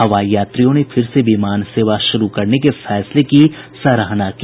हवाई यात्रियों ने फिर से विमान सेवा शुरू करने के फैसले की सराहना की